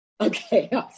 Okay